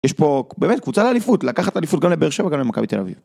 יש פה באמת קבוצה לאליפות לקחת אליפות גם לבאר שבע וגם למכבי תל אביב.